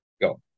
Go